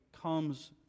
comes